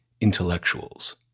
intellectuals